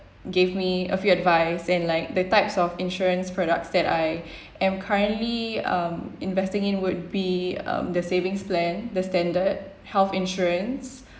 gave me a few advice and like the types of insurance products that I am currently um investing in would be um the savings plan the standard health insurance